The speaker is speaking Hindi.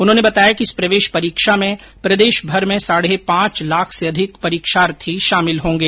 उन्होंने बताया कि इस प्रवेश परीक्षा में प्रदेशभर में साढे पांच लाख से अधिक परीक्षार्थी शामिल होंगे